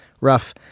rough